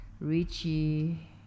Richie